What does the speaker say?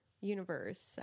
universe